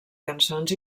cançons